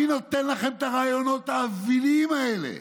מי נותן לכם את הרעיונות האוויליים האלה?